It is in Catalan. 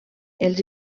els